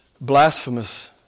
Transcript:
blasphemous